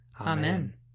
Amen